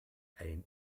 ein